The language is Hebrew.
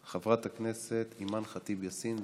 חברת הכנסת אימאן ח'טיב יאסין,